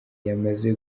yamaze